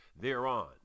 thereon